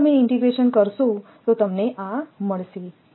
હવે જો તમે ઈન્ટિગ્રેટ કરો તો તમને આ મળશે